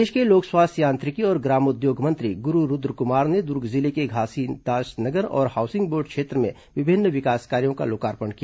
प्रदेश के लोक स्वास्थ्य यांत्रिकी और ग्रामोद्योग मंत्री गुरू रूद्रक्मार ने द्र्ग जिले के घासीदास नगर और हाउसिंग बोर्ड क्षेत्र में विभिन्न विकास कार्यों का लोकार्पण किया